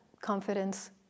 confidence